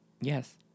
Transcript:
Yes